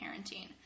parenting